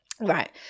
Right